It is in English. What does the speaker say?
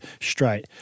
straight